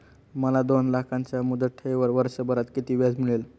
मला दोन लाखांच्या मुदत ठेवीवर वर्षभरात किती व्याज मिळेल?